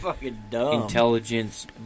intelligence